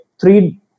three